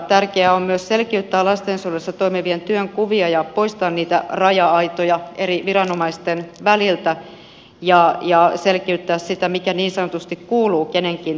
tärkeää on myös selkiyttää lastensuojelussa toimivien työnkuvia ja poistaa niitä raja aitoja eri viranomaisten väliltä ja selkiyttää sitä mikä niin sanotusti kuuluu kenenkin työhön